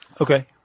Okay